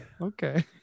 Okay